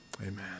amen